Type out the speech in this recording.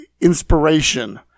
inspiration